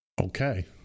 okay